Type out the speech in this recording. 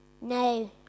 No